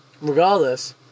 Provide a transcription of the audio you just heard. Regardless